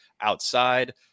outside